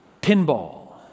pinball